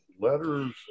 Letters